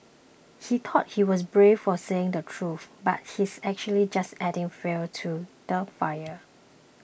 he thought he was brave for saying the truth but he's actually just adding fuel to the fire